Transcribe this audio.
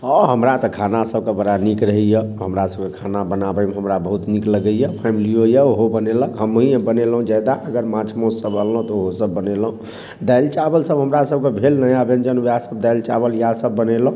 हँ हमरा तऽ खाना सबके बड़ा नीक रहैया हमरासबके खाना बनाबएमे हमरा बहुत नीक लगैया फैमिलीयो यऽ ओहो बनेलक हमही बनेलहुँ जादा अगर माँछ मासू सब अनलहुँ तऽ ओहो सब बनेलहुँ दालि चावल सब हमरासबकेँ भेल नया व्यञ्जन ओएह सब दालि चावल इएह सब बनेलहुँ